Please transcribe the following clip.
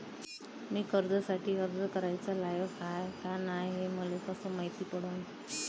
मी कर्जासाठी अर्ज कराचा लायक हाय का नाय हे मले कसं मायती पडन?